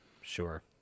Sure